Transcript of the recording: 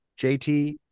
JT